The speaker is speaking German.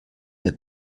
der